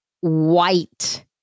white